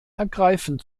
ergreifen